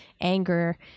anger